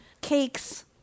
cakes